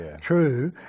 true